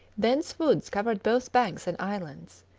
dense woods covered both banks and islands.